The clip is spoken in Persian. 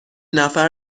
نفر